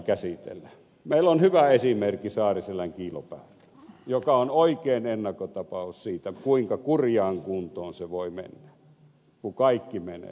meillä on hyvä esimerkki saariselän kiilopäältä joka on oikea ennakkotapaus siitä kuinka kurjaan kuntoon se voi mennä kun kaikki menee